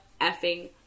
effing